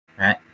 right